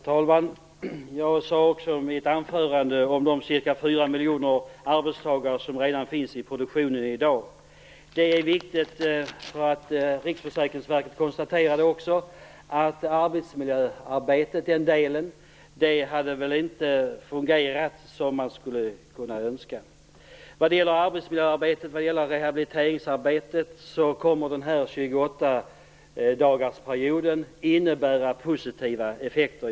Herr talman! Jag tog också i mitt anförande upp de cirka fyra miljoner arbetstagare som redan i dag finns i produktionen. Det är viktigt. Riksförsäkringsverket konstaterade också att arbetsmiljöarbetet inte har fungerat som man skulle kunna önska. Vad gäller arbetsmiljöarbetet och rehabiliteringsarbetet kommer 28-dagarsperioden att innebära positiva effekter.